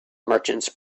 merchants